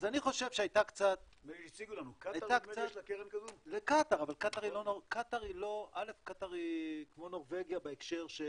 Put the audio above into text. הציגו לנו, לקטאר, נדמה לי שיש קרן כזאת?